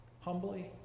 Humbly